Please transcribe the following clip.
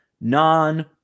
non